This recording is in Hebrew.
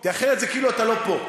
כי אחרת זה כאילו אתה לא פה.